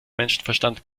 menschenverstand